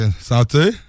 Santé